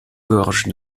gorge